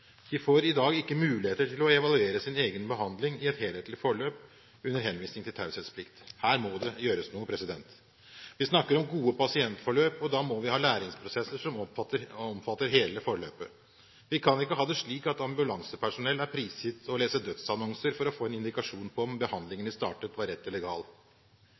De får ikke i dag muligheter til å evaluere sin egen behandling i et helhetlig forløp under henvisning til taushetsplikt. Her må det gjøres noe. Vi snakker om gode pasientforløp, og da må vi ha læringsprosesser som omfatter hele forløpet. Vi kan ikke ha det slik at ambulansepersonell er prisgitt å lese dødsannonser for å få en indikasjon på om behandlingen de startet, var rett